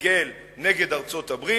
ריגל נגד ארצות-הברית,